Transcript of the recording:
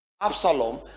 Absalom